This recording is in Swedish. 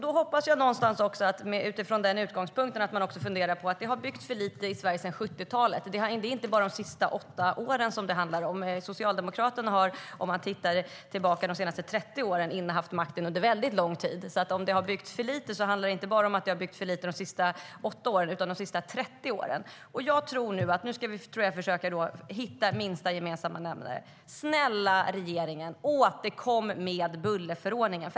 Herr talman! Utifrån den utgångspunkten hoppas jag att ni också funderar på att det har byggts för lite i Sverige sedan 70-talet. Det handlar inte bara om de sista åtta åren. Under de senaste 30 åren innehade Socialdemokraterna makten under lång tid. Om det har byggts för lite har det inte byggts för lite bara de senaste åtta åren utan de senaste 30 åren. Nu ska vi försöka hitta minsta gemensamma nämnare. Snälla regeringen, återkom med bullerförordningen!